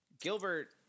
Gilbert